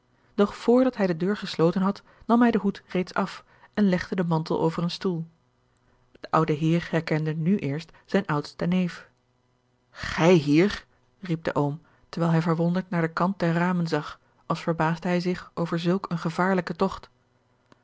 vr dat hij de deur gesloten had nam hij den hoed reeds af en legde den mantel over een stoel de oude heer herkende nu eerst zijn oudsten neef gij hier riep de oom terwijl hij verwonderd naar den kant der ramen zag als verbaasde hij zich over zulk een gevaarlijken togt